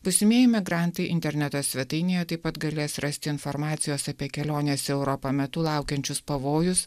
būsimieji migrantai interneto svetainėje taip pat galės rasti informacijos apie keliones į europą metu laukiančius pavojus